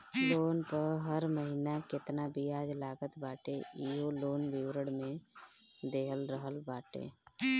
loan पअ हर महिना केतना बियाज लागत बाटे इहो लोन विवरण में देहल रहत बाटे